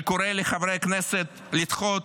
אני קורא לחברי הכנסת לדחות